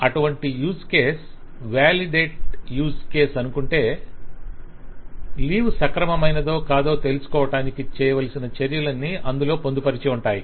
అటువంటి use case validate use case అనుకొంటే leave సక్రమమైనదో కాదో తెలుసుకోవటానికి చేయవలసిన చర్యలన్నీ అందులో పొందుపరచి ఉంటాయి